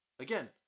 again